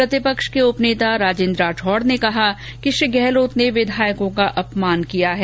प्रतिपक्ष के उपनेता राजेन्द्र राठौड ने कहा कि श्री गहलोत ने विधायकों का अपमान किया है